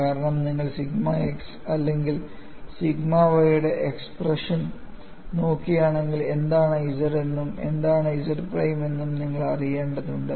കാരണം നിങ്ങൾ sigma x അല്ലെങ്കിൽ സിഗ്മ y യുടെ എക്സ്പ്രഷൻ നോക്കുകയാണെങ്കിൽ എന്താണ് Z എന്നും എന്താണ് Z പ്രൈം എന്നും നിങ്ങൾ അറിയേണ്ടതുണ്ട്